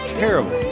terrible